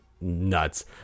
nuts